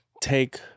take